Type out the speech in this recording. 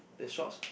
the shorts